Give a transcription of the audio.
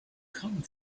come